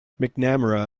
mcnamara